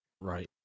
Right